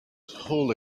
whole